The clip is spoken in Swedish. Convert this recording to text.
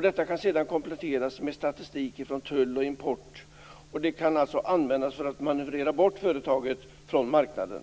Detta kan sedan kompletteras med statistik från tull och import, och användas för att manövrera bort företaget från marknaden.